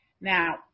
Now